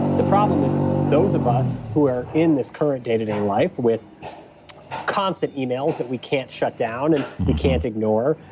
the problem is those of us who are in this current day to day life with constant emails that we can't shut down and we can't ignore,